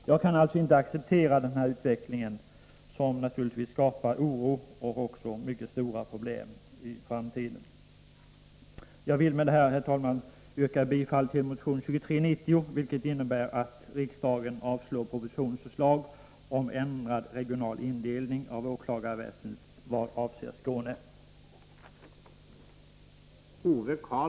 Jag kan alltså inte acceptera Nr 36 denna utveckling, som naturligvis skapar oro och mycket stora problem i framtiden. Jag vill med detta, herr talman, yrka bifall till motion 2390, vilket innebär